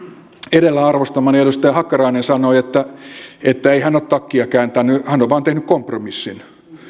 edellä arvostamani edustaja hakkarainen sanoi että ei hän ole takkia kääntänyt hän on vain tehnyt kompromissin